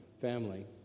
family